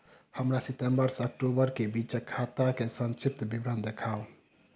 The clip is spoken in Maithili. हमरा सितम्बर सँ अक्टूबर केँ बीचक खाता केँ संक्षिप्त विवरण देखाऊ?